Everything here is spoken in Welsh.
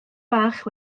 bach